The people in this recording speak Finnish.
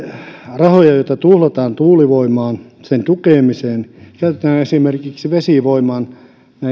rahoja joita tuhlataan tuulivoiman tukemiseen käytettäisiin esimerkiksi vesivoimaan